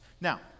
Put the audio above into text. Now